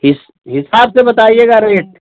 हिसाब से बताइएगा रेट